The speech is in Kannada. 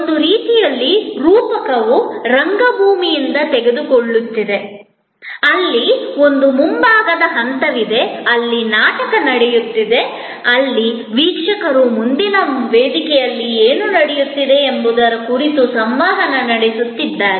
ಒಂದು ರೀತಿಯಲ್ಲಿ ರೂಪಕವು ರಂಗಭೂಮಿಯಿಂದ ತೆಗೆದುಕೊಳ್ಳುತ್ತಿದೆ ಅಲ್ಲಿ ಒಂದು ಮುಂಭಾಗದ ಹಂತವಿದೆ ಅಲ್ಲಿ ನಾಟಕ ನಡೆಯುತ್ತಿದೆ ಅಲ್ಲಿ ವೀಕ್ಷಕರು ಮುಂದಿನ ವೇದಿಕೆಯಲ್ಲಿ ಏನು ನಡೆಯುತ್ತಿದೆ ಎಂಬುದರ ಕುರಿತು ಸಂವಹನ ನಡೆಸುತ್ತಿದ್ದಾರೆ